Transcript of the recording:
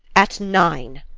at nine!